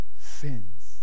sins